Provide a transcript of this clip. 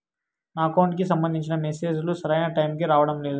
నా అకౌంట్ కి సంబంధించిన మెసేజ్ లు సరైన టైముకి రావడం లేదు